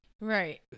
right